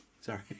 Sorry